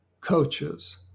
coaches